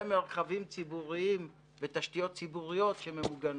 ומרחבים ציבוריים ותשתיות ציבוריות ממוגנים.